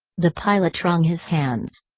the pilot wrung his hands.